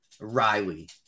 Riley